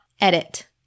edit